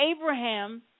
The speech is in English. Abraham